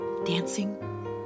dancing